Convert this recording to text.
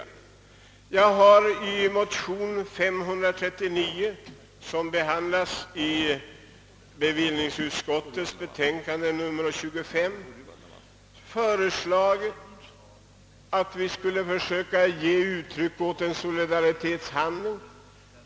Jag har i en motion, II: 539, som behandlas i bevillningsutskottets betänkande nr 25, föreslagit att vi i handling skulle försöka ge uttryck åt vår solidaritet.